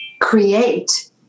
create